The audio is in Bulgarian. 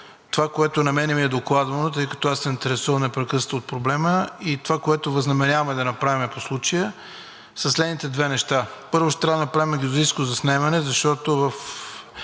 Това, което на мен ми е докладвано, тъй като аз се интересувам непрекъснато от проблема, и това, което възнамеряваме да направим по случая, са следните две неща: първо, ще трябва да направим геодезично заснемане, защото в